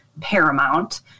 paramount